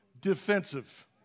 defensive